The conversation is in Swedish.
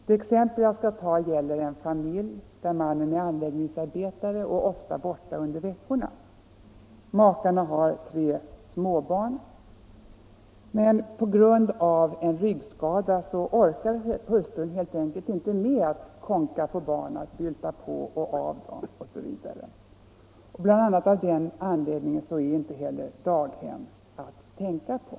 Det gäller en familj där mannen är anläggningsarbetare och ofta borta under veckorna. Makarna har tre småbarn, men på grund av ryggskada orkar hustrun helt enkelt inte kånka med, bylta på och av barnen osv. Bl. a. av den anledningen är inte heller daghem att tänka på.